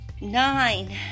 nine